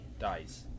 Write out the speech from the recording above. dies